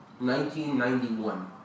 1991